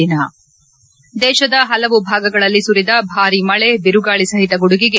ದಿನ ದೇಶದ ಹಲವು ಭಾಗಗಳಲ್ಲಿ ಸುರಿದ ಭಾರಿ ಮಳೆ ಬಿರುಗಾಳಿ ಸಹಿತ ಗುಡುಗಿಗೆ